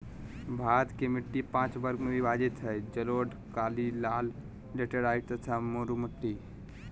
भारत के मिट्टी पांच वर्ग में विभाजित हई जलोढ़, काली, लाल, लेटेराइट तथा मरू मिट्टी